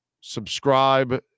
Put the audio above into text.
subscribe